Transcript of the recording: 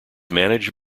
managed